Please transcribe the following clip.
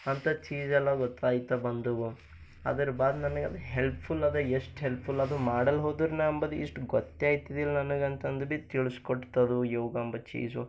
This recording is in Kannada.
ಅಂಥ ಚೀಸೆಲ್ಲ ಗೊತ್ತಾಯ್ತ ಬಂದವು ಅದರ ಬಾದ್ ನನಗ ಅದು ಹೆಲ್ಪ್ಫುಲ್ ಅದೆ ಎಷ್ಟು ಹೆಲ್ಪ್ಫುಲ್ ಅದು ಮಾಡಲು ಹೋದರ ನಾ ಅಂಬುದು ಇಷ್ಟು ಗೊತ್ತೇ ಆಯ್ತಿದಿಲ್ಲ ನನಗಂಥದ್ದು ಬಿ ತಿಳಿಸಿಕೊಡ್ತದು ಯೋಗ ಅಂಬೋ ಚೀಸು